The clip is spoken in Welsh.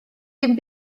dim